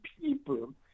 people